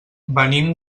venim